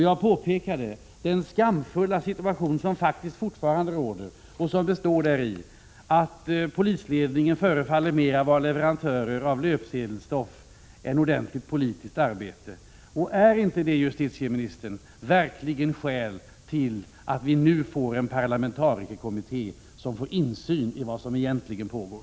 Jag pekade då på den skamfulla situation som faktiskt fortfarande råder och som består däri att polisledningen mera förefaller vara leverantörer av löpsedelsstoff än utövare av ordentligt polisiärt arbete. Är inte detta, justitieministern, verkligen skäl till att nu tillsätta en parlamehtarikerkommitté, som får insyn i vad som egentligen pågår?